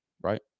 Right